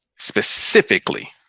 specifically